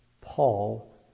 Paul